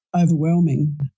overwhelming